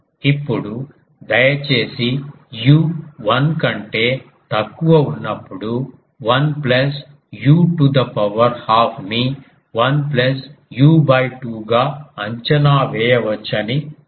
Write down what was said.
ఇప్పుడు దయచేసి u 1 కంటే తక్కువ ఉన్నపుడు 1 plus u to the power half ని 1 ప్లస్ u 2 గా అంచనా వేయవచ్చని గుర్తుంచుకోండి